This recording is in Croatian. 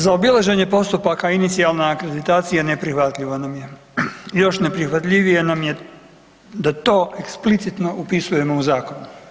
Zaobilaženje postupaka inicijalne akreditacije neprihvatljiva nam je, još neprihvatljivije nam je da to eksplicitno upisujemo u zakon.